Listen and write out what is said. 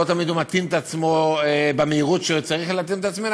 לא תמיד הוא מתאים את עצמו במהירות שהוא צריך להתאים את עצמו,